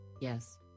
Yes